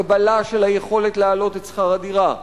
יש הגבלה של היכולת להעלות את שכר הדירה,